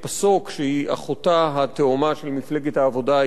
שהיא אחותה התאומה של מפלגת העבודה הישראלית,